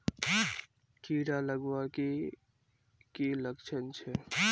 कीड़ा लगवार की की लक्षण छे?